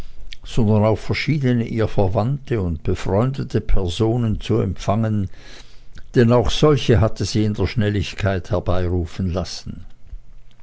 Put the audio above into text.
sondern auch verschiedene ihr verwandte und befreundete personen zu empfangen denn auch solche hatte sie in der schnelligkeit herbeirufen lassen